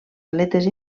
aletes